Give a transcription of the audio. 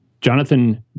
Jonathan